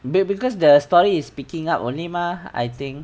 be~ because the story is speaking up only mah I think